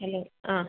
hello ആ